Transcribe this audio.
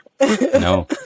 No